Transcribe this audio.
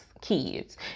kids